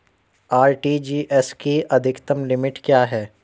RTGS की अधिकतम limit क्या है?